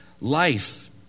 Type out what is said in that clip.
life